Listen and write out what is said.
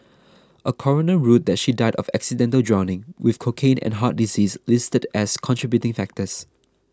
a coroner ruled that she died of accidental drowning with cocaine and heart disease listed as contributing factors